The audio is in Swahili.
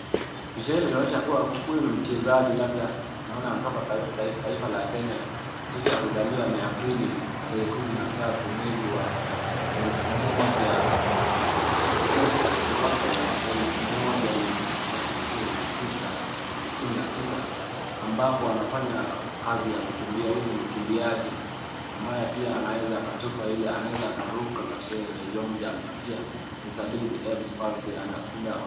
Picha hii inaonyesha kuwa huyu ni mchezaji labda naona anatoka katika taifa la Kenya, siku ya kuzaliwa ni Aprili 13,1996,ambapo anafanya kazi ya kukimbia. Huyu ni mkimbiaji ambaye pia anaweza akaruka katika ile longjump na pia disability : Erbs palsy kumbe akona.